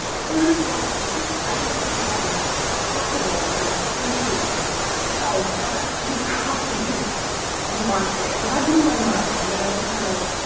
thirty five copies. i didn't think that that was possible for a steam game to sell that few copies on launch day. so that blew my mind, and i was kind of like,